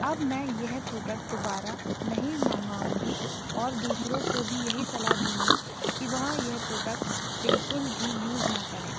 अब मैं यह प्रोडक्ट दोबारा नहीं मंगाऊँगी और दूसरों को भी यही सलाह दूँगी कि वह यह प्रोडक्ट बिल्कुल भी यूज़ न करें